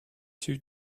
two